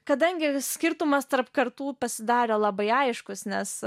kadangi skirtumas tarp kartų pasidarė labai aiškus nes